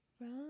Right